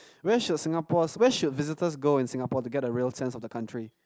where should Singapore's where should visitors go in Singapore to get the real sense of the country